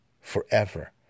forever